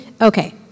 Okay